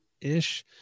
ish